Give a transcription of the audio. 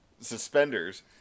suspenders